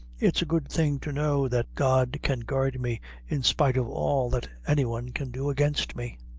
it's a good thing to know that god can guard me in spite of all that any one can do against me.